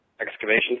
Excavation